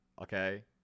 Okay